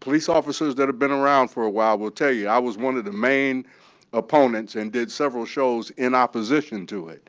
police officers that have been around for a while will tell you, i was one of the main opponents and did several shows in opposition to it.